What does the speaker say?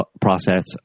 process